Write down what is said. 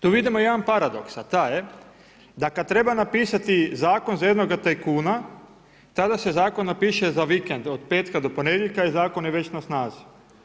Tu vidimo jedan paradoks a taj je, da kad treba napisati zakon za jednoga tajkuna, tada se zakon napiše za vikend, od petka do ponedjeljka i zakon je već na snazi.